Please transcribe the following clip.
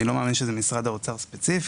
אני לא מאמין שזה משרד האוצר ספציפית.